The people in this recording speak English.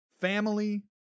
family